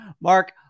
Mark